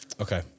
Okay